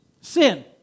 sin